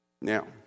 Now